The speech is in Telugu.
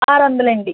ఆరు వందలు అండి